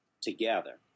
together